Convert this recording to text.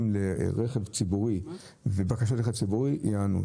הרכב הציבורי ובקשות לרכב ציבורי ייענו.